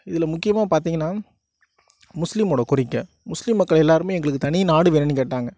இதில் முக்கியமாக பார்த்திங்கனா முஸ்லிமோடய கோரிக்கை முஸ்லிம் மக்கள் எல்லோருமே எங்களுக்கு தனி நாடு வேணும்னு கேட்டாங்க